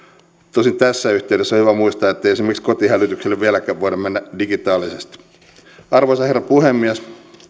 tosin tässä yhteydessä on hyvä muistaa ettei esimerkiksi kotihälytykselle vieläkään voida mennä digitaalisesti arvoisa herra puhemies